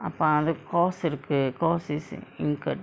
அப அதுக்கு:apa athuku course இருக்கு:irukku course is incurred